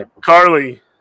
Carly